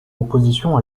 opposition